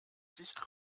sich